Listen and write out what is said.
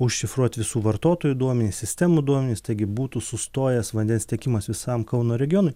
užšifruoti visų vartotojų duomenis sistemų duomenis taigi būtų sustojęs vandens tiekimas visam kauno regionui